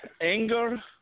anger